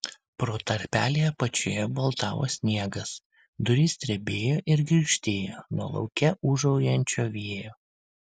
pro tarpelį apačioje baltavo sniegas durys drebėjo ir girgždėjo nuo lauke ūžaujančio vėjo